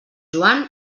joan